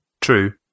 True